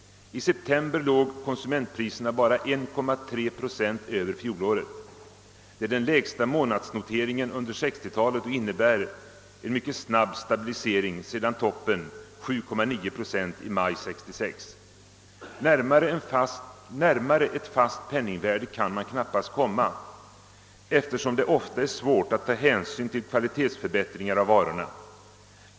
I september låg konsumentpriserna bara 1,3 procent över fjolåret. Det är den lägsta månadsnoteringen under 60-talet och innebär en mycket snabb stabilisering sedan toppen — 7,9 procent — i maj 1966. Närmare ett fast penningvärde kan man knappast komma eftersom det ofta är svårt att ta hänsyn till kvalitetsförbättringar av varorna.